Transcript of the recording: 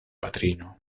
patrino